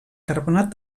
carbonat